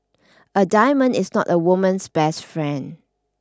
a diamond is not a woman's best friend